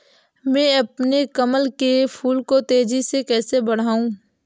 मैं अपने कमल के फूल को तेजी से कैसे बढाऊं?